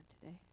today